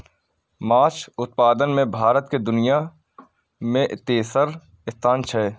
माछ उत्पादन मे भारत के दुनिया मे तेसर स्थान छै